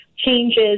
changes